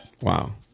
Wow